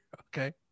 Okay